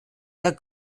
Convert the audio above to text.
der